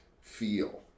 feel